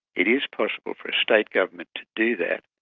it is possible for a state government to do that,